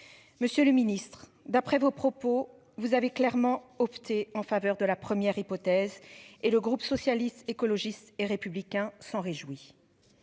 Monsieur le Ministre, d'après vos propos vous avez clairement opté en faveur de la première hypothèse et le groupe socialiste, écologiste et républicain s'en réjouit.